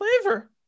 flavor